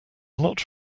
not